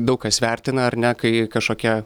daug kas vertina ar ne kai kažkokia